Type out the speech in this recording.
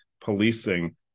policing